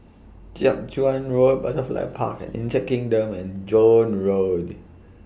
Jiak Chuan Road Butterfly Park and Insect Kingdom and Joan Road